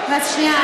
אז שנייה.